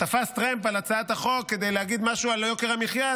תפס טרמפ על הצעת החוק כדי להגיד משהו על יוקר המחיה.